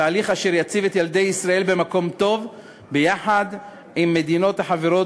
תהליך אשר יציב את ילדי ישראל במקום טוב ביחד עם מדינות חברות